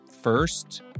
first